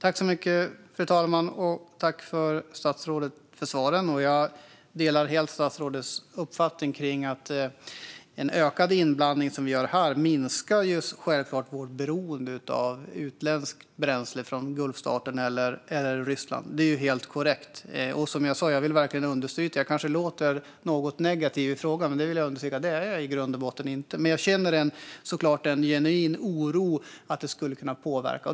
Fru talman! Tack för svaren, statsrådet! Jag delar helt statsrådets uppfattning att en ökad inblandning, som vi har här, minskar vårt beroende av utländskt bränsle från Gulfstaterna eller Ryssland. Det är helt korrekt. Jag låter kanske något negativ, men jag vill understryka att jag inte är det i grund och botten. Jag känner dock en genuin oro för att det skulle kunna påverka.